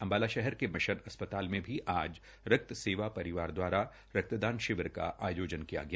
अम्बाला शहर के मिशन अस्पताल में भी रक्त सेवा परिवार दवारा आज रक्तदान शिविर का आयोजन किया गया